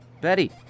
Betty